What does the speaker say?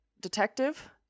detective